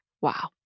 Wow